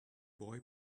boy